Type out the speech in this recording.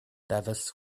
davis